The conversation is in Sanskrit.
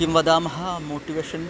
किं वदामः मोट्टिवेशन्